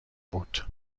بود